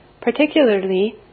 particularly